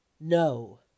No